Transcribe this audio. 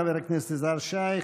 חבר הכנסת יזהר שי.